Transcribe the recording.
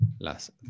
las